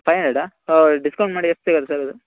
five ಹಂಡ್ರೆಡ್ಡಾ discount ಮಾಡಿ ಎಷ್ಟು ಸಿಗತ್ತೆ ಸರ್ ಅದು